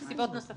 יש סיבות נוספות.